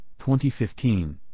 2015